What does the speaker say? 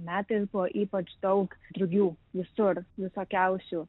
metais buvo ypač daug drugių visur visokiausių